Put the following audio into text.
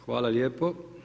Hvala lijepo.